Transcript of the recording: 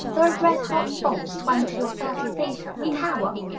throw red-hot bolts twenty or thirty feet up the tower!